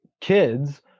kids